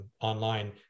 online